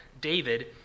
David